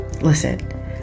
Listen